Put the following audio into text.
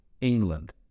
England